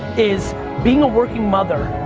is being a working mother,